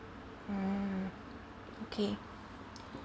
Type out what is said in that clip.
mm okay